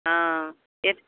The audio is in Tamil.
ஆ எட்